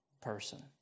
person